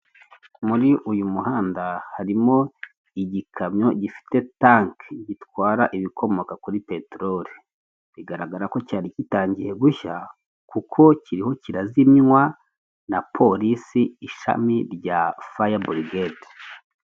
Muri uyu muhanda harimo igikamyo gifite tanki gitwara ibikomoka kuri peterori bigaragara ko cyari gitangiye gushya kuko kiriho kirazimywa na polisi ishami rya faya burigade.